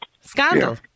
scandal